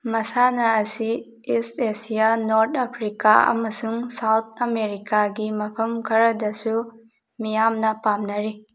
ꯃꯁꯥꯟꯅ ꯑꯁꯤ East Asia North Africa ꯑꯃꯁꯨꯡ ꯁꯥꯎꯊ ꯑꯃꯦꯔꯤꯀꯥꯒꯤ ꯃꯐꯝ ꯈꯔꯗꯁꯨ ꯃꯤꯌꯥꯝꯅ ꯄꯥꯝꯅꯔꯤ